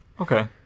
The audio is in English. Okay